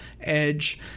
edge